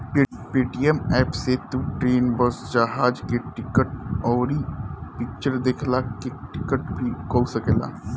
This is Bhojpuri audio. पेटीएम एप्प से तू ट्रेन, बस, जहाज के टिकट, अउरी फिक्चर देखला के टिकट भी कअ सकेला